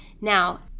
Now